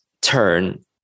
turn